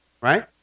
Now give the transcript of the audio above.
Right